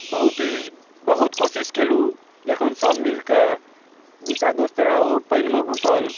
बहुत ही बहुत कोशिश कएलहुॅं जखन सब मिल कऽ दू टा दोस्त रहय ओ पानिमे घुसल